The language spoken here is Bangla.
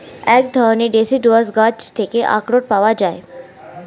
এক ধরণের ডেসিডুয়াস গাছ থেকে আখরোট পাওয়া যায়